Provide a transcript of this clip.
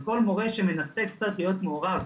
וכל מורה שמנסה קצת להיות מעורב,